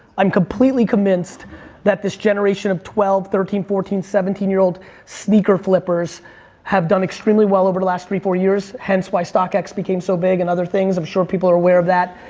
i'm completely convinced that this generation of twelve, thirteen, fourteen, seventeen year old sneaker flippers have done extremely well over the last three, four years, hence why stockx became so big and other things i'm sure people are aware of that.